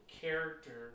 character